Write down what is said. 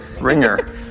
Ringer